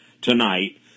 tonight